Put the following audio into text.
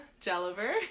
jelliver